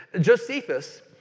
Josephus